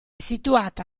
situata